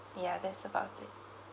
yeah that's about it